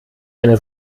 eine